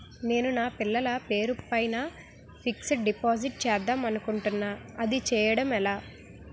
నేను నా పిల్లల పేరు పైన ఫిక్సడ్ డిపాజిట్ చేద్దాం అనుకుంటున్నా అది చేయడం ఎలా?